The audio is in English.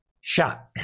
shot